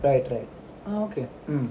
right right okay mm